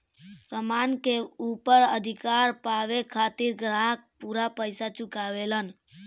सामान के ऊपर अधिकार पावे खातिर ग्राहक पूरा पइसा चुकावेलन